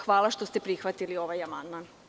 Hvala što ste prihvatili ovaj amandman.